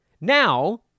Now